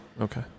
Okay